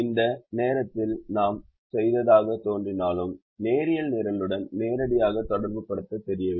இந்த நேரத்தில் நாம் செய்ததாகத் தோன்றினாலும் நேரியல் நிரலுடன் நேரடியாக தொடர்புபடுத்தத் தெரியவில்லை